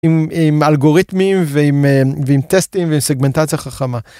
עם אלגוריתמים ועם טסטים ועם סגמנטציה חכמה.